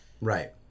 Right